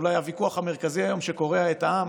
אולי הוויכוח המרכזי היום שקורע את העם